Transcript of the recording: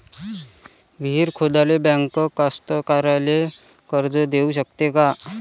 विहीर खोदाले बँक कास्तकाराइले कर्ज देऊ शकते का?